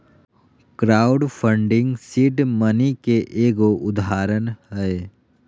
crowd funding seed money के एगो उदाहरण हय